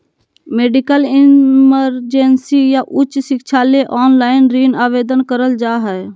medical emergency या उच्च शिक्षा ले ऑनलाइन ऋण आवेदन करल जा हय